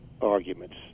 arguments